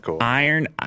iron